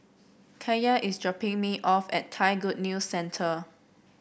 Kaia is dropping me off at Thai Good News Centre